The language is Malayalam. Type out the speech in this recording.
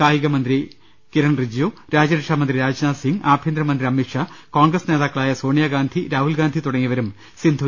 കായികമന്ത്രി കിരൺ റിജ്ജു രാജ്യരക്ഷാമന്ത്രി രാജ്നാഥ് സിംഗ് ആഭ്യന്തരമന്ത്രി അമിത്ഷാ കോൺഗ്രസ് നേതാക്കളായ സോണിയാഗാന്ധി രാഹുൽഗാന്ധി തുടങ്ങിയവരും സിന്ധുവിനെ അഭിനന്ദിച്ചു